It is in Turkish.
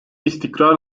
istikrar